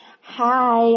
hi